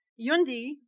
Yundi